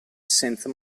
senza